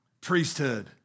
priesthood